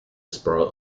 sprawl